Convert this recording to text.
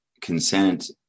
consent